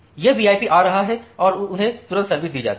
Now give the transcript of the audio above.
वह वीआईपी आ रहा है और उन्हें तुरंत सर्विस दी जाती है